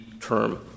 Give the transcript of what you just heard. term